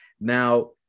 now